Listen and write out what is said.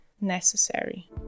necessary